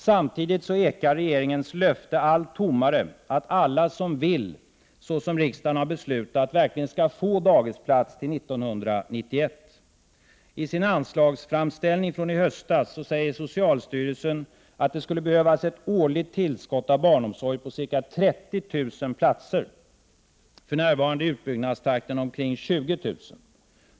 Samtidigt ekar allt tommare regeringens löfte att alla som vill, såsom riksdagen har beslutat, verkligen skall få dagisplats 1991. I sin anslagsframställning från i höstas konstaterar socialstyrelsen att det skulle behövas ett årligt tillskott av barnomsorg på ca 30 000 platser. För närvarande är utbyggnadstakten omkring 20 000 platser.